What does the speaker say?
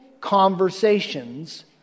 conversations